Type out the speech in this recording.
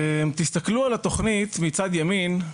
תסתכלו על התוכנית מצד ימין.